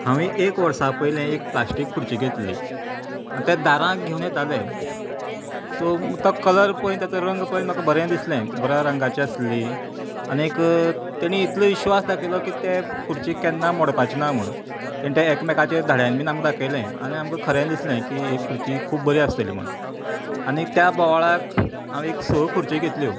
हांवें एक वर्सा पयलें प्लास्टीक खुर्ची घेतली आनी ते दारांत घेवन येताले सो तो कलर पळोवन ताचो रंग पळोवन म्हाका बरें दिसलें बऱ्या रंगाची आसली आनीक एक तेणी इतलो विश्वास दाखयलो की तें खुर्चेक केन्ना मोडपाची ना म्हणोन तेणें ते एकमेकाचेर धोडावन बी आमकां दाखयलें आनी आमकां खरें दिसलें की ही खुर्ची खूब बरी आसतली म्हण आनी त्या बोवाळांत हांवे एक स खुर्च्यो घेतल्यो